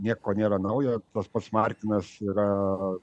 nieko nėra naujo tas pats martinas yra